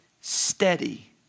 steady